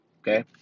okay